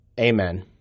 Amen